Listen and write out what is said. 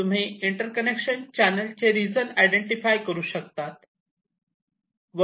तुम्ही इंटर्कनेक्शन चॅनलचे region identify करू शकतात